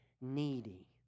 needy